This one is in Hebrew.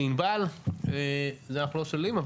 את זה אנחנו לא שוללים.